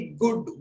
good